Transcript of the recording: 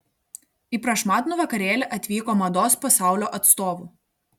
į prašmatnų vakarėlį atvyko mados pasaulio atstovų